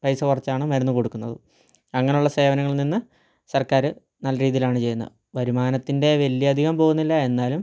പൈസ കുറച്ചാണ് മരുന്ന് കൊടുക്കുന്നത് അങ്ങനെയുള്ള സേവനങ്ങളിൽ നിന്ന് സർക്കാർ നല്ല രീതിയിലാണ് ചെയ്യുന്നത് വരുമാനത്തിൻ്റെ വലിയ അധികമൊന്നും പോകുന്നില്ല എന്നാലും